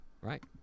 Right